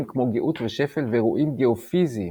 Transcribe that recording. כמו גאות ושפל ואירועים גיאופיזיים.